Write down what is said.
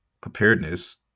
preparedness